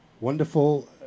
wonderful